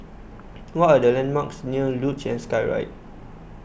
what are the landmarks near Luge and Skyride